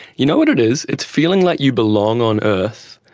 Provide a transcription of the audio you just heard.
you know what it is? it's feeling like you belong on earth,